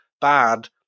bad